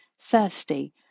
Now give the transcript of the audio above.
thirsty